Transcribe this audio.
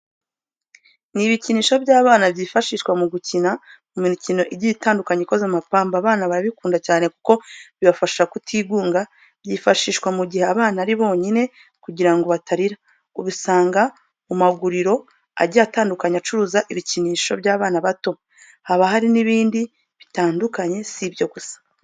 Ni ibikinisho by'abana byifashishwa mu gukina mu mikino igiye itandukanye ikoze mu mapamba. Abana barabikunda cyane kuko bibafasha kutigunga byifashashwa mu gihe abana ari bonyine kugira ngo batarira, ubisanga mu maguriro agiye atandukanye acuruza ibikinisho by'abana bato haba hari n'indi bitandukanye si ibyo gusa.